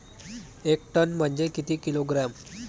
एक टन म्हनजे किती किलोग्रॅम?